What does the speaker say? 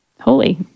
holy